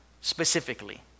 specifically